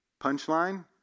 Punchline